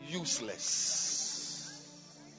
Useless